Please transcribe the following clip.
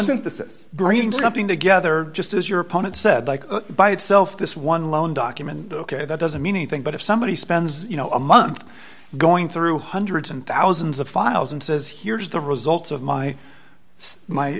wasn't this green something together just as your opponent said like by itself this one lone document ok that doesn't mean anything but if somebody spends you know a month going through hundreds and thousands of files and says here is the results of my my